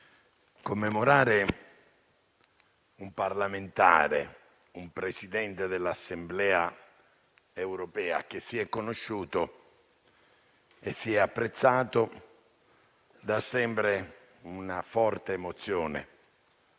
commemorare un parlamentare, un Presidente dell'Assemblea europea, che si è conosciuto e si è apprezzato, dà sempre una forte emozione,